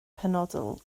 penodol